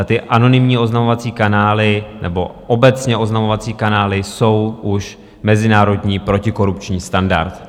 Ty anonymní oznamovací kanály nebo obecně oznamovací kanály jsou už mezinárodní protikorupční standard.